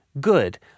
good